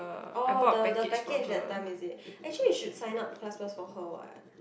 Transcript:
orh the the package that time is it actually you should sign up class pass for her what